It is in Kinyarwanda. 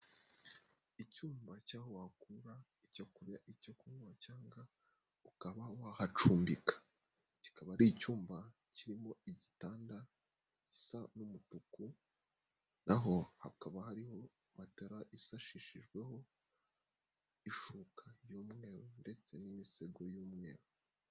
Icyumba cy'aho wakura icyo kurya, icyo kunywa cyangwa ukaba wahacumbika, kikaba ari icyumba kirimo igitanda gisa n'umutuku, naho hakaba hariho matora isashishijweho ishuka y'umweru u n'imisego y'umweru.